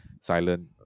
silent